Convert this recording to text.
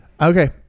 okay